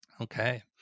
Okay